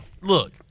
look